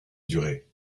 durée